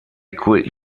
quick